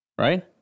right